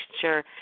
sure